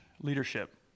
leadership